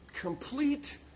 complete